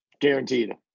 Guaranteed